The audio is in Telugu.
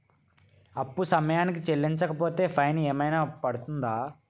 అప్పు సమయానికి చెల్లించకపోతే ఫైన్ ఏమైనా పడ్తుంద?